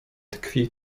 tkwi